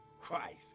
Christ